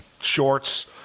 shorts